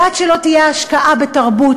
ועד שלא תהיה השקעה בתרבות,